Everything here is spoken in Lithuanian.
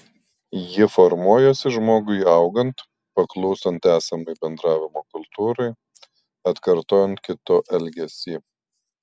ji formuojasi žmogui augant paklūstant esamai bendravimo kultūrai atkartojant kito elgesį